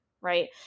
right